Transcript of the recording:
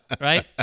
Right